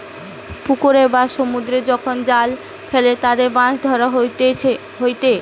পুকুরে বা সমুদ্রে যখন জাল ফেলে তাতে মাছ ধরা হয়েটে